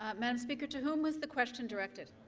um madam speaker, to whom was the question directed?